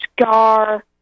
Scar